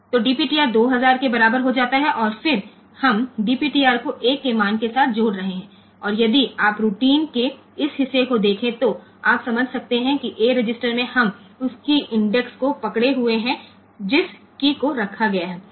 तो DPTR 2000 के बराबर हो जाता है और फिर हम DPTR को A के मान के साथ जोड़ रहे हैं और यदि आप रूटीन के इस हिस्से को देखें तो आप समझ सकते हैं कि A रजिस्टर में हम उस कीय इंडेक्स को पकड़े हुए हैं जिस कीय को रखा गया है